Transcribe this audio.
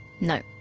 No